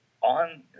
On